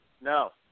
No